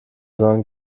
sondern